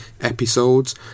episodes